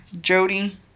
Jody